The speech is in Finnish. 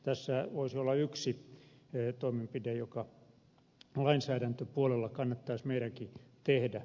tässä voisi olla yksi toimenpide joka lainsäädäntöpuolella kannattaisi meidänkin tehdä